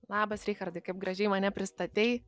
labas richardai kaip gražiai mane pristatei